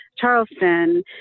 Charleston